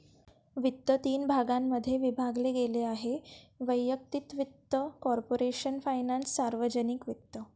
वित्त तीन भागांमध्ये विभागले गेले आहेः वैयक्तिक वित्त, कॉर्पोरेशन फायनान्स, सार्वजनिक वित्त